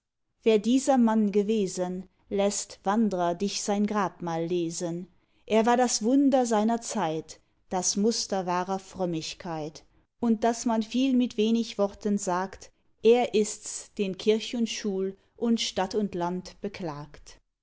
wer dieser mann gewesen läßt wandrer dich sein grabmal lesen er war das wunder seiner zeit das muster wahrer frömmigkeit und daß man viel mit wenig worten sagt er ists den kirch und schul und stadt und land beklagt